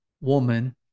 Woman